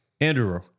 andrew